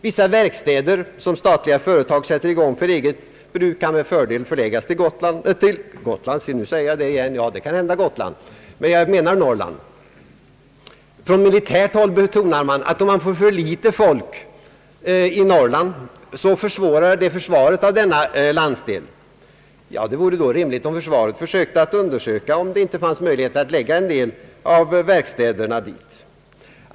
Vissa verkstäder som statliga företag sätter i gång för eget bruk kan med fördel förläggas till Norrland. Från militärt håll betonar man att om det blir för litet folk i Norrland försvåras försvaret av denna landsdel. Det vore då rimligt att försvaret undersökte om det inte fanns möjligheter att förlägga en del verkstäder dit.